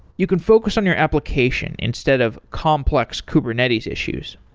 you can focus on your application instead of complex kubernetes issues.